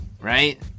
right